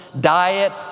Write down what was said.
diet